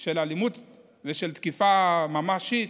של אלימות ושל תקיפה ממשית